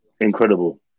Incredible